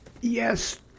Yes